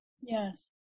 Yes